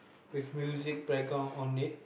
with music background on it